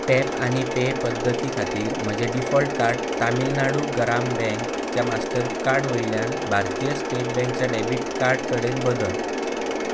tap आनी pay पद्दती खातीर म्हजें डिफॉल्ट कार्ड तमिळनाडू ग्राम बँकच्या मास्टरकार्ड वयल्यान भारतीय स्टेट बँकच्या डेबिट कार्ड कडेन बदल